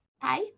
Hi